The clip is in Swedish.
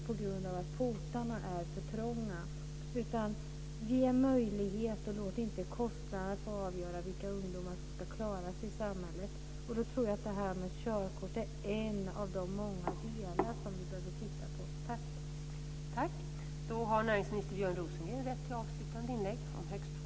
Portarna kan vara för trånga. Ge möjligheterna och låt inte kostnaden få avgöra vilka ungdomar som ska klara sig i samhället. Då tror jag att det här med körkort är en av många delar som vi behöver titta på.